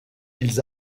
ils